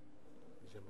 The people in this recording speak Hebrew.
חברי הכנסת,